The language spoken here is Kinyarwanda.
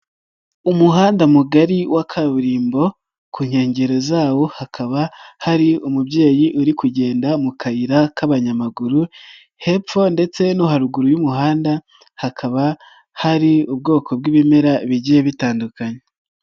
Umuhanda mugari wa kaburimbo ku nkengero zawo hakaba hari umubyeyi uri kugenda mu kayira k'abanyamaguru hepfo ndetse no haruguru y'umuhanda hakaba hari ubwoko bw'ibimera bigiye bitandukanye.